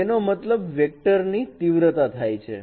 તેનો મતલબ વેક્ટર ની તીવ્રતા થાય છે